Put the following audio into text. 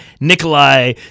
Nikolai